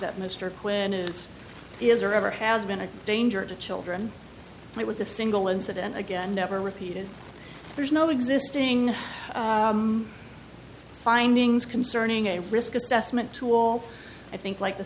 that mr quinn is is or ever has been a danger to children it was a single incident again never repeated there's no existing findings concerning a risk assessment tool i think like